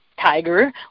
tiger